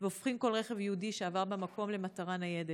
והופכים כל רכב יהודי שעבר במקום למטרה ניידת.